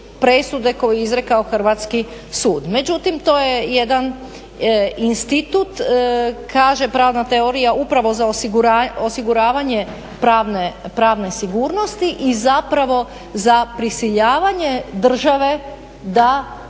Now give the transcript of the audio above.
koju je izrekao Hrvatski sud. Međutim, to je jedan institut kaže pravna teorija upravo za osiguravanje pravne sigurnosti i zapravo za prisiljavanje države da